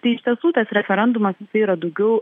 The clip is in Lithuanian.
tai iš tiesų tas referendumas jisai yra daugiau